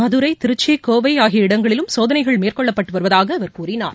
மதுரை திருச்சி கோவை ஆகிய இடங்களிலும் சோதனைகள் மேற்கொள்ளப்பட்டு வருவதாக அவர் கூறினார்